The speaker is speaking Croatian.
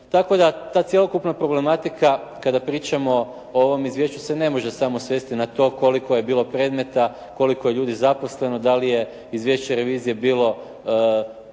Tako da ta cjelokupna problematika kada pričamo o ovom izvješću se ne može samo svesti na to koliko je bilo predmeta, koliko je ljudi zaposleno, da li je izvješće revizije bilo